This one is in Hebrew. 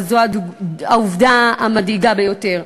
אבל זו העובדה המדאיגה ביותר.